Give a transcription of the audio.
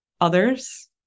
others